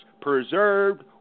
preserved